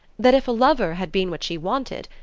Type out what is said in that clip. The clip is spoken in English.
that if a lover had been what she wanted,